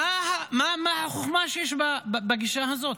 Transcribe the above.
מה החוכמה שיש בגישה הזאת?